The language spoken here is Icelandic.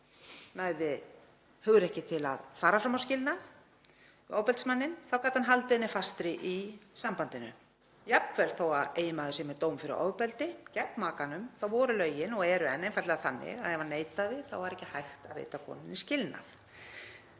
næði hugrekki til að fara fram á skilnað við ofbeldismanninn þá gat hann haldið henni fastri í sambandinu. Jafnvel þó að eiginmaður sé með dóm fyrir ofbeldi gegn makanum voru lögin, og eru enn einfaldlega þannig, að ef hann neitaði var ekki hægt að veita konunni skilnað.